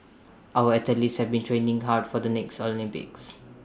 our athletes have been training hard for the next Olympics